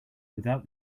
without